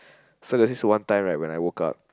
so there's this one time right when I woke up